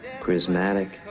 charismatic